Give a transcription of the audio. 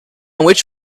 which